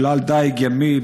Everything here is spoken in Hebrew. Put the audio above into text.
שלל דיג ימי,